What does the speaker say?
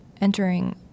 entering